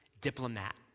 diplomat